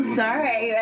sorry